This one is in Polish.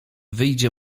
wyjdzie